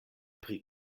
pri